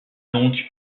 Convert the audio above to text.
donc